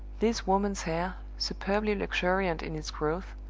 this woman's hair, superbly luxuriant in its growth,